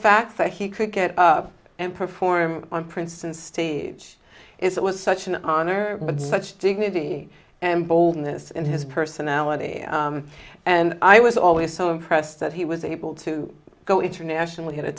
fact that he could get up and perform on princeton stage it was such an honor but such dignity and boldness in his personality and i was always so impressed that he was able to go internationally at a